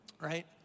right